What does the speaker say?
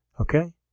Okay